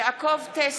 (קוראת בשמות חברי הכנסת) אחמד טיבי,